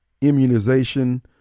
immunization